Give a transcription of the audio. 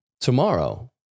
tomorrow